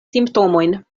simptomojn